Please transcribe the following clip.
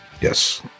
Yes